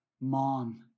mom